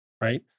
right